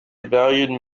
valued